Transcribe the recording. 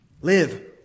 Live